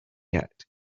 yet